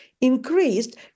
increased